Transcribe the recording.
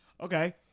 Okay